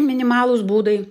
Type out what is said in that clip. minimalūs būdai